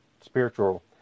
spiritual